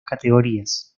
categorías